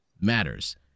matters